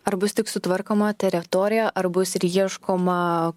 ar bus tik sutvarkoma teretorija ar bus ir ieškoma